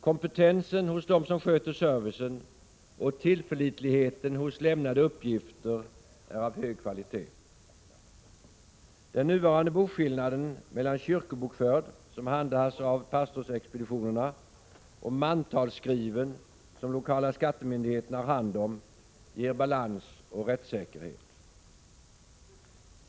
Kompetensen hos dem som sköter servicen och tillförlitligheten hos lämnade uppgifter är av hög kvalitet. Den nuvarande boskillnaden mellan ”kyrkobokförd”, som handhas av pastorsexpeditionerna, och ”mantalsskriven”, som lokala skattemyndigheten har hand om, ger balans och rättssäkerhet.